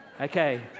Okay